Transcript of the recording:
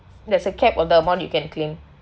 there's a cap on the amount you can claim